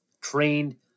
Trained